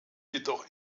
jedoch